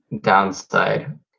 downside